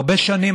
הרבה שנים,